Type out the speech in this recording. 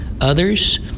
others –